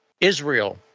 Israel